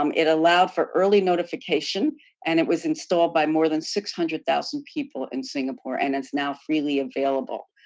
um it allowed for early notification and it was installed by more than six hundred thousand people in singapore and it's now freely available.